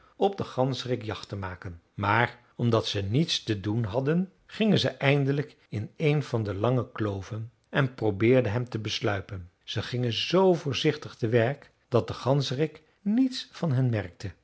op den ganzerik jacht te maken maar omdat zij niets te doen hadden gingen zij eindelijk in een van de lange kloven en probeerden hem te besluipen zij gingen z voorzichtig te werk dat de ganzerik niets van hen merkte